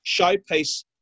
showpiece